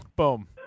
Boom